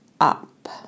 up